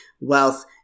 wealth